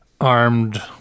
armed